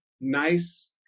nice